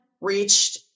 reached